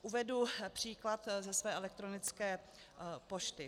Uvedu příklad ze své elektronické pošty.